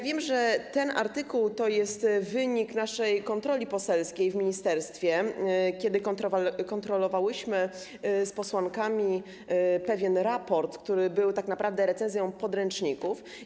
Wiem, że ten artykuł to jest wynik naszej kontroli poselskiej w ministerstwie, kiedy kontrolowałyśmy z posłankami pewien raport, który był tak naprawdę recenzją podręczników.